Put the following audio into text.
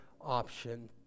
option